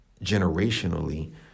generationally